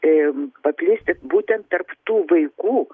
paplisti būtent tarp tų vaikų